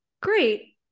great